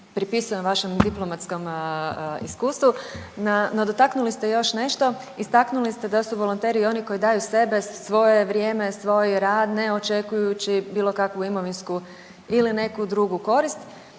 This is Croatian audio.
pripisujem vašem diplomatskom iskustvu, no, dotaknuli ste još nešto, istaknuli ste da su volonteri oni koji daju sebe, svoje vrijeme, svoj rad ne očekujući bilo kakvu imovinsku ili neku drugu korist.